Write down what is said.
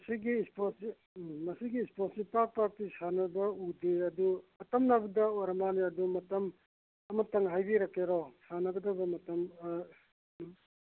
ꯁꯤꯒꯤ ꯏꯁꯄꯣꯔꯠꯁꯤ ꯎꯝ ꯃꯁꯤꯒꯤ ꯏꯁꯄꯣꯔꯠꯁꯤ ꯄꯥꯛ ꯄꯥꯛꯇꯤ ꯁꯥꯟꯅꯕ ꯎꯗꯦ ꯑꯗꯨ ꯑꯈꯟꯅꯕꯗ ꯑꯣꯏꯔ ꯃꯥꯜꯂꯦ ꯑꯗꯨ ꯃꯇꯝ ꯑꯃꯇꯪ ꯍꯥꯏꯕꯤꯔꯛꯀꯦꯔꯣ ꯁꯥꯟꯅꯒꯗꯕ ꯃꯇꯝ ꯑꯥ